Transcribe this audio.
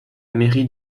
mairie